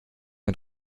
mit